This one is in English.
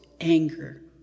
anger